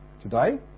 Today